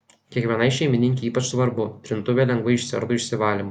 kiekvienai šeimininkei ypač svarbu trintuvė lengvai išsiardo išvalymui